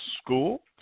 school